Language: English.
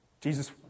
Jesus